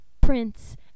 Prince